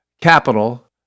capital